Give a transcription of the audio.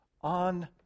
on